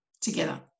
together